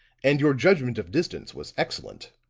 and your judgment of distance was excellent.